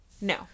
No